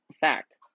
fact